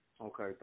Okay